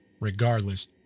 regardless